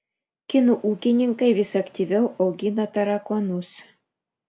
kinų ūkininkai vis aktyviau augina tarakonus